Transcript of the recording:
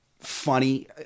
Funny